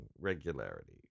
regularity